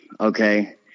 Okay